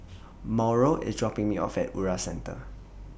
Mauro IS dropping Me off At Ura Centre